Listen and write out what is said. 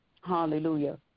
hallelujah